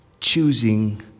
choosing